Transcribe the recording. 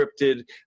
scripted